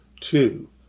Two